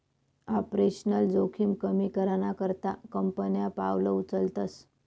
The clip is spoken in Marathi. आपरेशनल जोखिम कमी कराना करता कंपन्या पावलं उचलतस